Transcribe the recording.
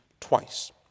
twice